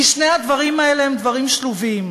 כי שני הדברים האלה הם דברים שלובים.